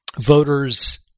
voters